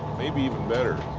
maybe even better,